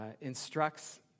instructs